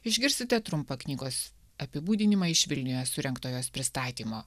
išgirsite trumpą knygos apibūdinimą iš vilniuje surengto jos pristatymo